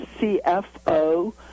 CFO